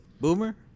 Boomer